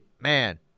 man